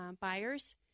buyers